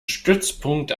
stützpunkt